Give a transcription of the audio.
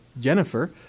Jennifer